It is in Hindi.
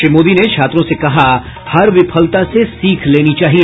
श्री मोदी ने छात्रों से कहा हर विफलता से सीख लेनी चाहिए